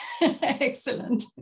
Excellent